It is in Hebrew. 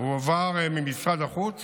הועבר ממשרד החוץ